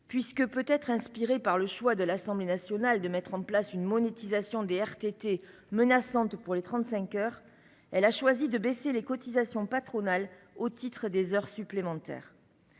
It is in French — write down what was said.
puisque, peut-être inspirée par le choix de l'Assemblée nationale de mettre en place une monétisation des RTT menaçante pour les 35 heures, elle a décidé de baisser les cotisations patronales au titre des heures supplémentaires.